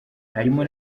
harimo